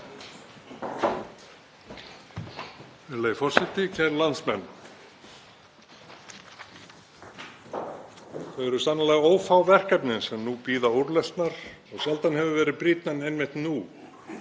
Þau eru sannarlega ófá verkefnin sem nú bíða úrlausnar og sjaldan hefur verið brýnna en einmitt nú